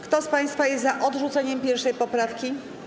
Kto z państwa jest za odrzuceniem 1. poprawki?